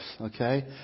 Okay